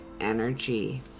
energy